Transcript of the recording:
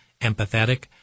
empathetic